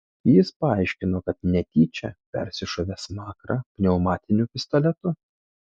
jis paaiškino kad netyčia persišovė smakrą pneumatiniu pistoletu